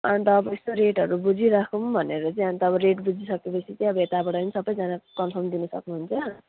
अन्त अब यस्तो रेटहरू बुझिराखौँ भनेर चाहिँ अन्त अब रेट बुझिसकेर चाहिँ अब यताबाट सबैजना कन्फर्म दिनु सक्नुहुन्छ